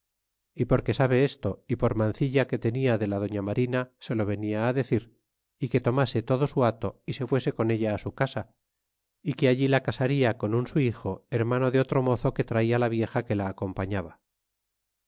y porque sabe esto y por mancilla que tenia de la doña marina se lo venia á decir y que tomase todo su hato y se fuese con ella á su casa y que alli la casaria con un su hijo hermano de otro mozo que traia la vieja que la acompañaba